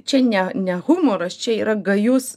čia ne ne humoras čia yra gajus